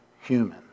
human